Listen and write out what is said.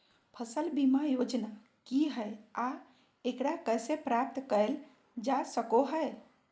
फसल बीमा योजना की हय आ एकरा कैसे प्राप्त करल जा सकों हय?